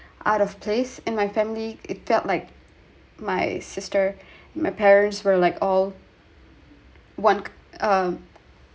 very out of place in my family it felt like my sister my parents were like all one um